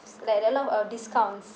it's like they have a lot of discounts